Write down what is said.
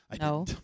No